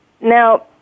Now